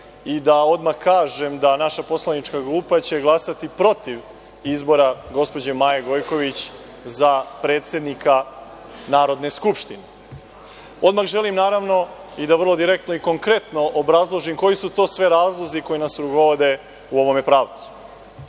i odmah kažem da će naša poslanička grupa glasati protiv izbora gospođe Maje Gojković za predsednika Narodne skupštine. Odmah želim, naravno, i da vrlo direktno i konkretno obrazložim koji su to sve razlozi koji nas rukovode u ovom pravcu.